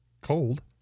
cold